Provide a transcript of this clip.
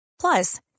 Plus